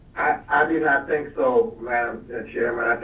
i do not think so madam chairman,